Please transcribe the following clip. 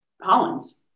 Hollins